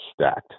stacked